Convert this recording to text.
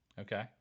Okay